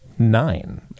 Nine